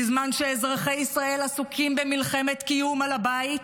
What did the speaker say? בזמן שאזרחי ישראל עסוקים במלחמת קיום על הבית,